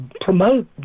promote